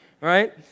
right